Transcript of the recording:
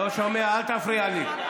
לא שומע, אל תפריע לי.